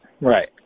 right